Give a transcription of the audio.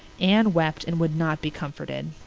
anne wept and would not be comforted.